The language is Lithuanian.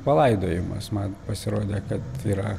palaidojimas man pasirodė kad yra